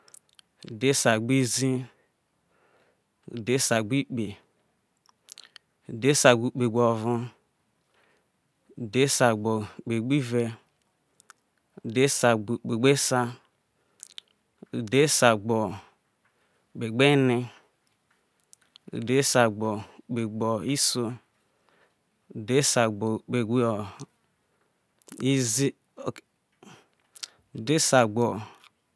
udho sagbe izi udhosagbo ikpe udhosagbe ikpegoro udhosagbe kpe gbiv udhusa gbe ikpe gbe sa udhosa gbe ikpe gbine udhosagbi ikpegbiao udhusa gbe ikpego izi ok udho sagbo.